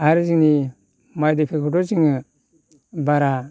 आरो जोंनि माइ दैफोरखौथ' जोङो बारा